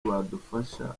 badufasha